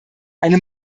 eine